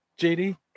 JD